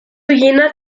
jener